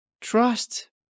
trust